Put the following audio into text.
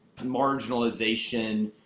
marginalization